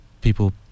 people